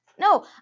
No